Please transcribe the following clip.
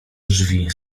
drzwi